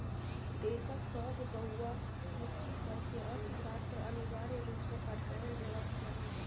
देशक सब बौआ बुच्ची सबकेँ अर्थशास्त्र अनिवार्य रुप सँ पढ़ाएल जेबाक चाही